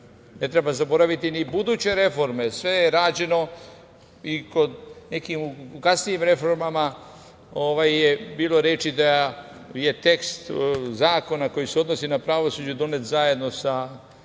Ne treba zaboraviti ni buduće reforme. Sve je rađeno i kod nekih kasnijih reformi bilo je reči da je tekst zakona koji se odnosi na pravosuđe donet zajedno uz